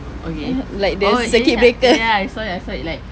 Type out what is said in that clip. okay oh ya ya ya ya I saw it I saw it like